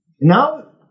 Now